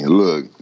look